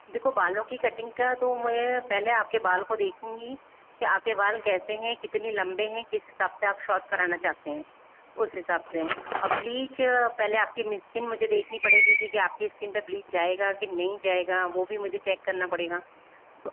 देखो बालों की कटिंग का है तो मैं पहले आपके बाल को देखूंगी की आपके बाल कैसे है कितनी लंबे है किस हिसाब से आप शॉट कराना चाहते हैं उस हिसाब से और ब्लीच पहले आपकी इसकिन मुझे देखनी पड़ेगी क्योंकि आपकी स्किन पर ब्लीच जायेगा की नहीं जायेगा वो भी मुझे चेक करना पड़ेगा तो